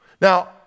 Now